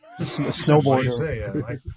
Snowboarder